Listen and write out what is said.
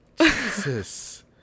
Jesus